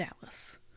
Dallas